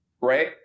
right